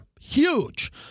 Huge